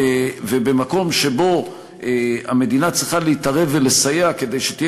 ובמקום שבו המדינה צריכה להתערב ולסייע כדי שתהיה